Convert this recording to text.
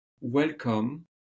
welcome